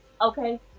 okay